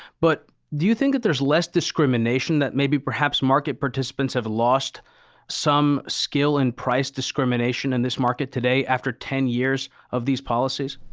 but do you think that there's less discrimination that maybe perhaps market participants have lost some skill and price discrimination in this market today after ten years of these policies?